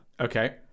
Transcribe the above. Okay